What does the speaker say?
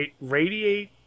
radiate